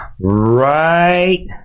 Right